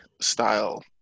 style